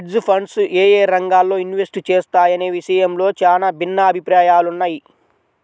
hedge funds యేయే రంగాల్లో invest చేస్తాయనే విషయంలో చానా భిన్నాభిప్రాయాలున్నయ్